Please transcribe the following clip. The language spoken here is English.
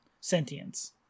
sentience